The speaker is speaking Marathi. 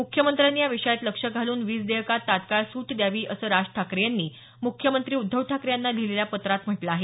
मुख्यमंत्र्यांनी या विषयात लक्ष घालून वीज देयकांत तात्काळ सूट द्यावी असं राज ठाकरे यांनी मुख्यमंत्री उद्धव ठाकरे यांना लिहिलेल्या पत्रात म्हटलं आहे